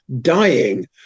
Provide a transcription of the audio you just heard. dying